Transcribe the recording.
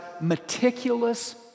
meticulous